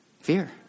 Fear